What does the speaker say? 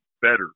better